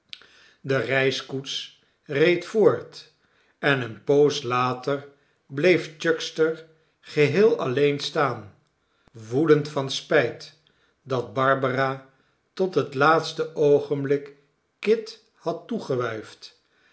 de reiskoets reed voort en eene poos later bleef chuckster geheel alleen staan woedend van spijt dat barbara tot het laatste oogenblik kit had toegewuifd